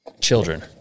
Children